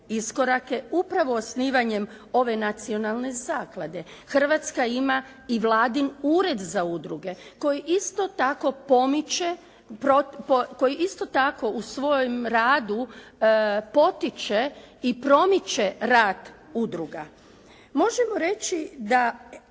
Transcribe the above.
iskorake upravo osnivanjem ove nacionalne zaklade. Hrvatska ima i vladin Ured za udruge koji isto tako pomiče, koji isto tako u svojem radu potiče i promiče rad udruga. Možemo reći da